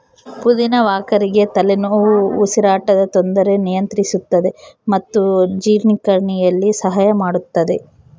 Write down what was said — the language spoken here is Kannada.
ಪುದಿನ ವಾಕರಿಕೆ ತಲೆನೋವು ಉಸಿರಾಟದ ತೊಂದರೆ ನಿಯಂತ್ರಿಸುತ್ತದೆ ಮತ್ತು ಜೀರ್ಣಕ್ರಿಯೆಯಲ್ಲಿ ಸಹಾಯ ಮಾಡುತ್ತದೆ